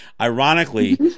ironically